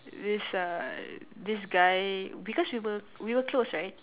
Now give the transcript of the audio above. this uh this guy because we were we were close right